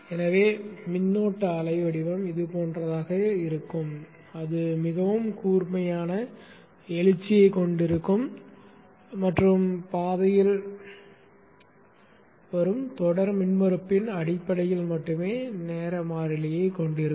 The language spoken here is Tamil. எனவே மின்னோட்ட அலை வடிவம் இதுபோன்றதாக இருக்கும் அது மிகவும் கூர்மையான எழுச்சியைக் கொண்டிருக்கும் மற்றும் பாதையில் வரும் தொடர் மின்மறுப்பின் அடிப்படையில் மட்டுமே நேர மாறிலியைக் கொண்டிருக்கும்